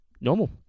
normal